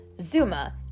Zuma